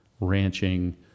ranching